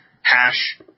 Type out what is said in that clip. hash